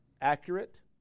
accurate